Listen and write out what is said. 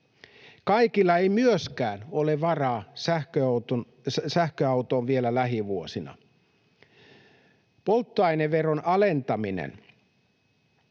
Kaikilla ei myöskään ole varaa sähköautoon vielä lähivuosina. Polttoaineveron alentaminen